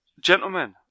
gentlemen